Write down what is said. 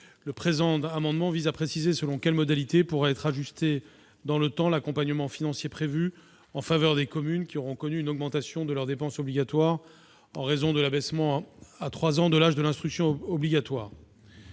le présent amendement vise à préciser selon quelles modalités pourra être ajusté dans le temps l'accompagnement financier prévu en faveur des communes qui auront connu une augmentation de leurs dépenses obligatoires en raison de l'abaissement à 3 ans de l'âge de l'instruction obligatoire.